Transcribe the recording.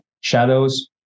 shadows